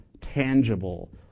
tangible